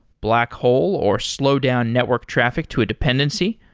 black hole, or slow down network traffic to a dependency.